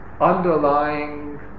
underlying